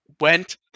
went